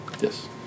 Yes